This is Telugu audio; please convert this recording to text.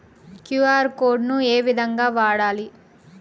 క్యు.ఆర్ కోడ్ ను ఏ విధంగా వాడాలి?